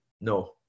No